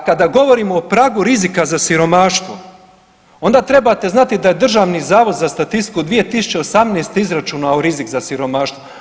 A kada govorimo o pragu rizika za siromaštvo, onda trebati znati da je Državni zavod za statistiku 2018. izračunao rizik za siromaštvo.